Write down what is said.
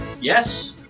Yes